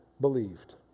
believed